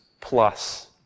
plus